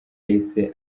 yahise